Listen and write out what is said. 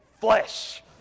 flesh